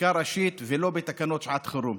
כחקיקה ראשית ולא בתקנות לשעת חירום.